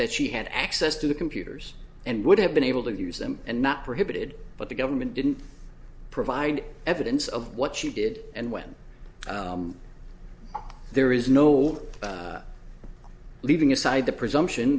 that she had access to the computers and would have been able to use them and not prohibited but the government didn't provide evidence of what she did and when there is no leaving aside the presumption